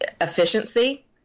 efficiency